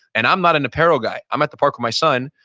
and i'm not an apparel guy, i'm at the park with my son,